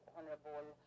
Honorable